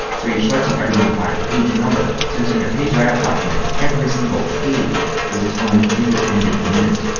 so you're selecting everything by page number since in a page layout document every single page is its own independent unit.